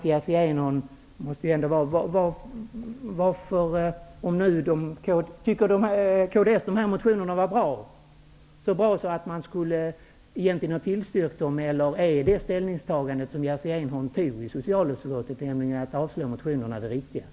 Jag måste fråga: Tycker ni i kds att de här motionerna är så bra att de egentligen borde ha tillstyrkts, eller gäller Jerzy Einhorns ställningstagande i socialutskottet -- nämligen att det riktiga är att avstyrka motionerna?